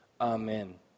Amen